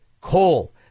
coal